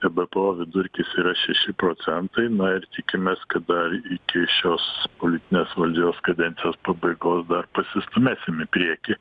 ebpo vidurkis yra šeši procentai na ir tikimės kada iki šios politinės valdžios kadencijos pabaigos dar pasistūmėsim į priekį